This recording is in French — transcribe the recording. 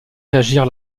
réagir